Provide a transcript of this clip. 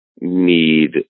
need